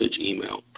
email